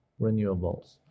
renewables